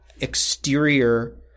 exterior